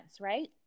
right